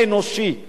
אני חוזר ומדגיש,